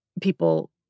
people